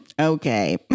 okay